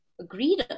agreed